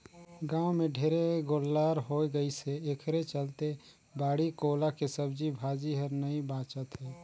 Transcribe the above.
गाँव में ढेरे गोल्लर होय गइसे एखरे चलते बाड़ी कोला के सब्जी भाजी हर नइ बाचत हे